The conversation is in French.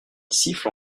siffle